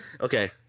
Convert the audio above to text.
Okay